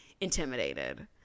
intimidated